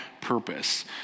purpose